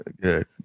Good